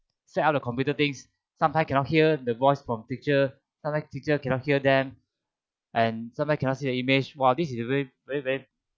set up the computer things sometimes cannot hear the voice from teacher sometimes teacher cannot hear them and sometimes cannot see the image !wah! this is a very very very